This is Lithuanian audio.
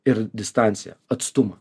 ir distanciją atstumą